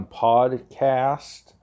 podcast